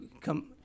come